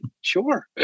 sure